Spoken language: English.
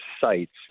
sites